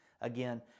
Again